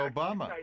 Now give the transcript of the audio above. Obama